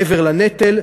מעבר לנטל,